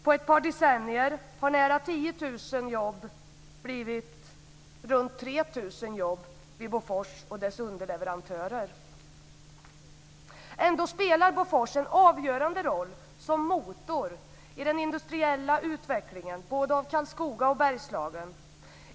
På ett par decennier har nära 10 000 jobb blivit runt Ändå spelar Bofors en avgörande roll som motor i den industriella utvecklingen både av Karlskoga och Bergslagen.